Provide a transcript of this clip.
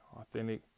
authentic